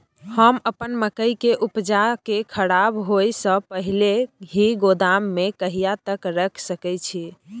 हम अपन मकई के उपजा के खराब होय से पहिले ही गोदाम में कहिया तक रख सके छी?